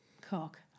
cock